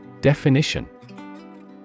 Definition